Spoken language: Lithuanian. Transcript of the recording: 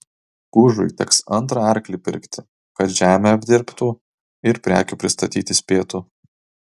gužui teks antrą arklį pirkti kad žemę apdirbtų ir prekių pristatyti spėtų